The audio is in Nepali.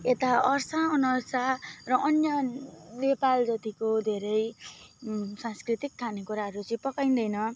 यता अर्सा अनर्सा र अन्य नेपाल जतिको धेरै सांस्कृतिक खानेकुराहरू चाहिँ पकाइँदैन